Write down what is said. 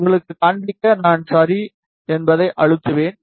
உங்களுக்குக் காண்பிக்க நான் சரி என்பதை அழுத்துவேன்